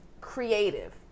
creative